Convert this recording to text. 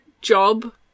job